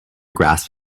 grasp